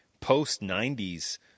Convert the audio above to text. post-90s